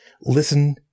listen